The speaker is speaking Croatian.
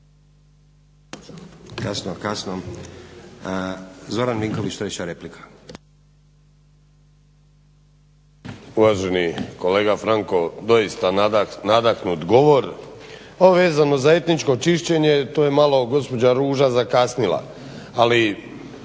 Uvaženi kolega Franko doista nadahnut govor. A vezano za etničko čišćenje to je malo gospođa Ruža zakasnila ali